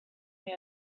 neu